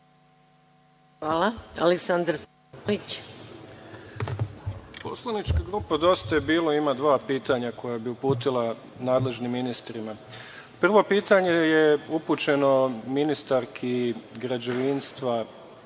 **Aleksandar Stevanović** Poslanička grupa „Dosta je bilo“ ima dva pitanja koja bi uputila nadležnim ministrima. Prvo pitanje je upućeno ministarki građevine,